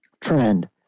trend